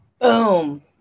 Boom